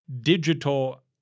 digital